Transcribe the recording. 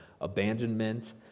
abandonment